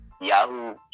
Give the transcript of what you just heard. Yahoo